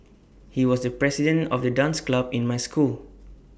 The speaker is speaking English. he was the president of the dance club in my school